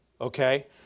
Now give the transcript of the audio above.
Okay